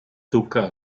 zucker